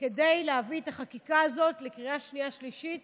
כדי להביא את החקיקה הזאת לקריאה שנייה ושלישית